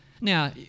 Now